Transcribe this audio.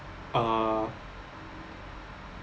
uh